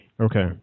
Okay